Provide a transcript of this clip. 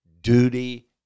duty